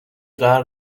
غرق